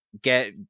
get